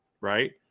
right